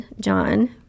john